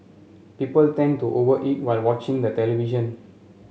people tend to over eat while watching the television